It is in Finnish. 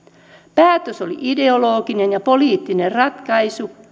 päätös oli ideologinen ja poliittinen ratkaisu